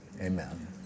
Amen